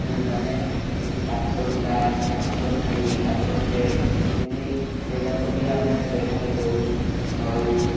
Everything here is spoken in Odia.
ମାନେ ଏମିତି କାଚ ଗ୍ଲାସ୍ କାଚଥାଳି କାଚ ପ୍ଲେଟ୍ ସେମିତି ସେଯାକ ବି ଆମେ ବ୍ୟବହାର କରୁ ଆଉ